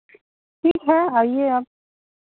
ठीक है आइए आप